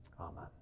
Amen